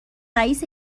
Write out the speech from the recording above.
رئیس